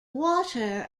water